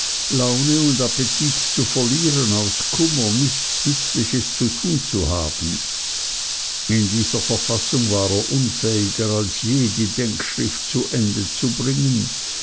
laune und appetit zu verlieren aus kummer nichts nützliches zu tun zu haben in dieser verfassung war er unfähiger als je die denkschrift zu ende zu bringen